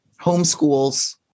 homeschools